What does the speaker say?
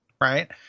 Right